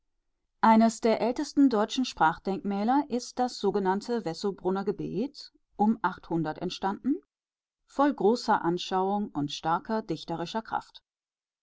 eines der ältesten deutschen sprachdenkmäler ist das wessobrunner gebet um entstanden voll großer anschauung und starker dichterischer kraft